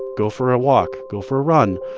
go for a walk. go for a run.